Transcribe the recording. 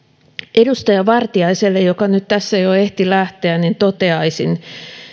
edustaja vartiaiselle joka tästä nyt jo ehti lähteä toteaisin